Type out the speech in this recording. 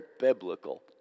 biblical